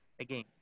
again